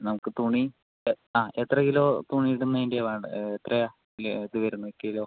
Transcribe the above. നമുക്ക് തുണി ആ എത്ര കിലോ തുണി ഇടുന്നേൻ്റെയാണ് വേണ്ടത് എത്രയാ ഇല്ല ഇത് വരുന്നത് കിലോ